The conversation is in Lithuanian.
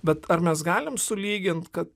bet ar mes galim sulygint kad